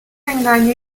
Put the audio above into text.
engaño